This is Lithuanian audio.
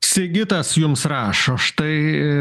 sigitas jums rašo štai i